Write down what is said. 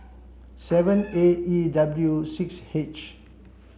seven A E W six H